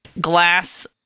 glass